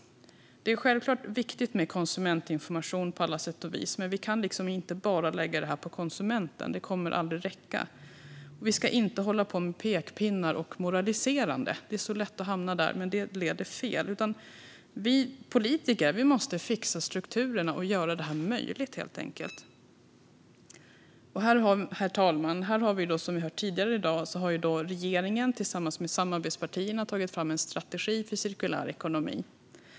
Det är självklart viktigt med konsumentinformation på alla sätt och vis, men vi kan inte bara lägga det på konsumenten. Det kommer aldrig att räcka. Vi ska inte hålla på med pekpinnar och moraliserande. Det är lätt att hamna där, men det leder fel. Vi politiker måste fixa strukturen och helt enkelt göra det här möjligt. Herr talman! Som vi hörde tidigare i dag har regeringen tillsammans med samarbetspartierna tagit fram en strategi för cirkulär ekonomi.